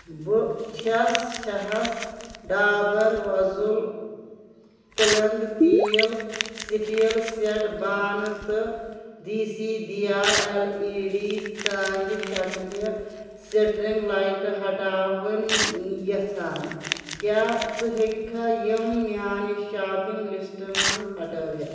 بہٕ چھَس چھہَس ڈابر وۅزُل پٕلنٛگ تیٖل سِٹیٖل سیٚٹ بانٕہ تہٕ دیٖسی دِیا ایل اِی ڈی ژانٛگہِ شکلہٕ سِٹرِٛنٛگ لایِٹہٕ ہٹاوٕن یَژھان کیٛاہ ژٕ ہیٚکہِ کھا یِم میٛانہِ شاپِنٛگ لِسٹہٕ منٛز ہٹاوِتھ